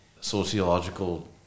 sociological